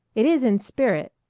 it is in spirit.